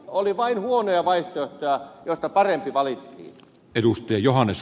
oli vain huonoja vaihtoehtoja joista parempi valittiin